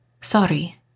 Sorry